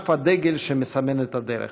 מונף הדגל שמסמן את הדרך.